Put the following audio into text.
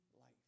life